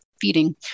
Feeding